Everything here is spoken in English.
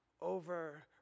over